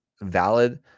valid